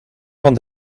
van